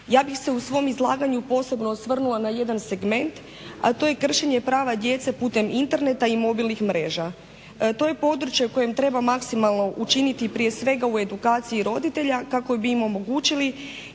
Ja bih se u svom izlaganju posebno osvrnula na jedan segment, a to je kršenje prava djece putem interneta i mobilnih mreža. To je područje u kojem treba maksimalno učiniti prije svega u edukaciji roditelja kako bi im omogućili